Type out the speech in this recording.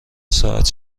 ساعت